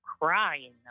crying